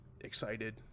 excited